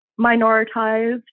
minoritized